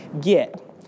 get